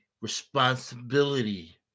responsibility